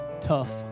tough